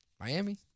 Miami